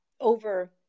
over